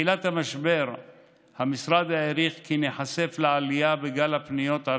מתחילת המשבר המשרד העריך כי ניחשף לעלייה בגל הפניות על